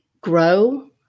grow